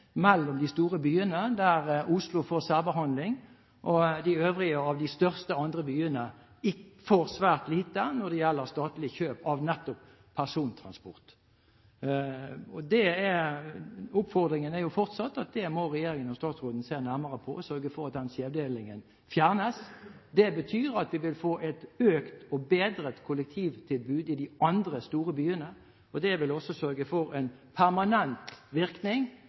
mellom de store byene, der Oslo får særbehandling, og de øvrige av de største andre byene får svært lite når det gjelder statlig kjøp av nettopp persontransport. Oppfordringen er fortsatt at det må regjeringen og statsråden se nærmere på og sørge for at den skjevdelingen fjernes. Det betyr at vi vil få et økt og bedret kollektivtilbud i de andre store byene, og det vil også sørge for en permanent virkning